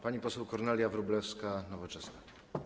Pani poseł Kornelia Wróblewska, Nowoczesna.